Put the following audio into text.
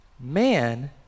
Man